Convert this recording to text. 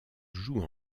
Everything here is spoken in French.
joue